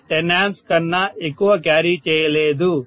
అది 10 A కన్నా ఎక్కువ క్యారీ చేయలేదు